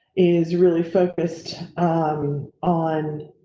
is really focused on.